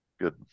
good